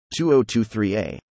2023a